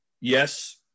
yes